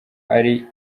ari